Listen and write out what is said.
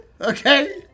Okay